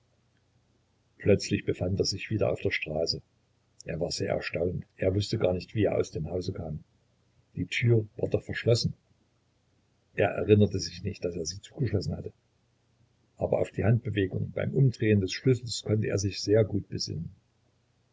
plötzlich befand er sich wieder auf der straße er war sehr erstaunt er wußte gar nicht wie er aus dem hause kam die tür war doch verschlossen er erinnerte sich nicht daß er sie zugeschlossen hatte aber auf die handbewegung beim umdrehen des schlüssels konnte er sich sehr gut besinnen